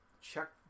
Check